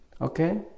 Okay